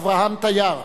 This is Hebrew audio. אברהם טיאר,